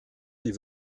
sie